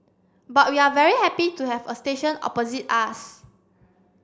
but we are very happy to have a station opposite us